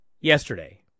yesterday